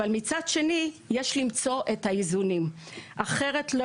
אבל מצד שני יש למצוא את האיזונים אחרת לא